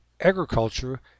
Agriculture